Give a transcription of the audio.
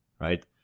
right